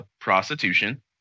prostitution